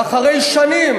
ואחרי שנים